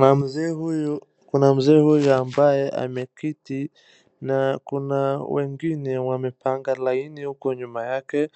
Kuna mzee huyu, kuna mzee huyu ambaye ameketi, na kuna wengne wamepanga laini huku nyuma yake,